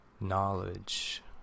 knowledge